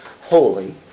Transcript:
holy